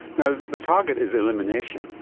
you know the target is elimination.